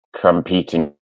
competing